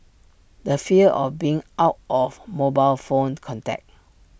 the fear of being out of mobile phone contact